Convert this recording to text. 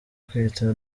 kwita